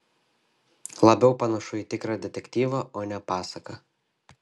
labiau panašu į tikrą detektyvą o ne pasaką